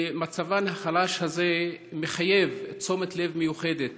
ומצבן החלש הזה מחייב תשומת לב מיוחדת,